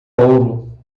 ouro